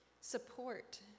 support